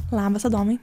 labas adomai